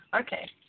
okay